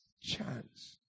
chance